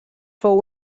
fou